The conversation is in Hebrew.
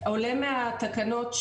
עולה מהתקנות,